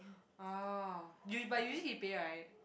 oh you but usually he pay right